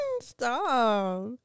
Stop